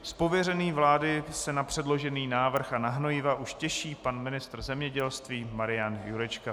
Z pověření vlády se na předložený návrh a na hnojiva už těší pan ministr zemědělství Marian Jurečka.